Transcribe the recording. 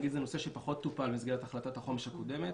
זה נושא שפחות טופל במסגרת החלטת החומש הקודמת.